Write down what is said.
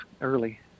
early